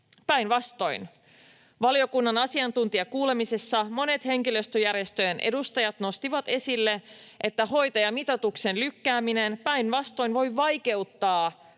päinvastoin. Valiokunnan asiantuntijakuulemisessa monet henkilöstöjärjestöjen edustajat nostivat esille, että hoitajamitoituksen lykkääminen päinvastoin